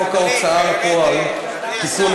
חוק ההוצאה לפועל (תיקון,